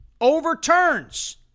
overturns